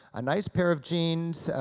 a nice pair of jeans,